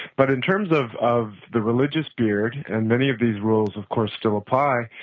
but in terms of of the religious beard and many of these rules of course still apply,